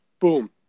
boom